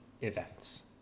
events